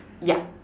yup